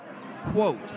quote